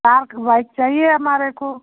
आठ बाइक चाहिए हमारे को